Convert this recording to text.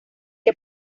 que